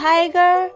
Tiger